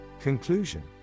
Conclusion